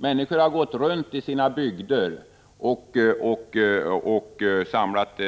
Människor har gått runt i sina bygder och samlat